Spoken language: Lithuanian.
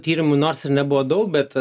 tyrimų nors ir nebuvo daug bet